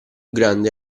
grande